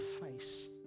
face